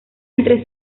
entre